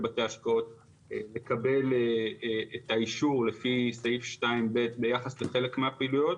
אפשרו לבתי ההשקעות לקבל את האישור לפי סעיף 2/ב' ביחס לחלק מהפעילויות.